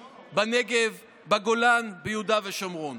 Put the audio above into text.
בנגב, בגולן, ביהודה ושומרון.